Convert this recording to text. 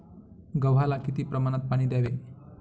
गव्हाला किती प्रमाणात पाणी द्यावे?